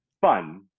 fun